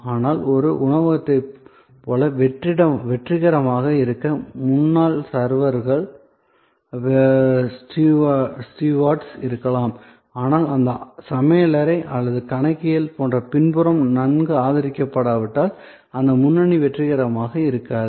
ஆனால் ஒரு உணவகத்தைப் போல வெற்றிகரமாக இருக்க முன்னால் சர்வர்கள் ஸ்டீவர்டுகளாக இருக்கலாம் ஆனால் அந்த சமையலறை அல்லது கணக்கியல் போன்ற பின்புறம் நன்கு ஆதரிக்கப்படாவிட்டால் அந்த முன்னணி வெற்றிகரமாக இருக்காது